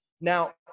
Now